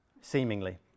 seemingly